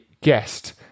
guest